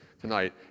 tonight